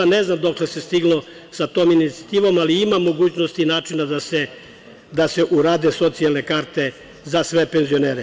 Ne znam dokle se stiglo sa tom inicijativom, ali ima mogućnosti i načina da se urade socijalne karte za sve penzionere.